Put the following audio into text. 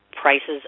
prices